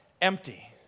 empty